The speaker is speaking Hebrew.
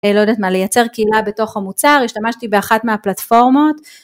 לא יודעת מה, לייצר קהילה בתוך המוצר, השתמשתי באחת מהפלטפורמות.